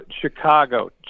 Chicago